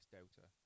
Delta